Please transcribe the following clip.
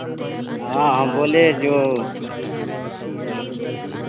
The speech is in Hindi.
हा हम बोले जो